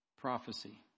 prophecy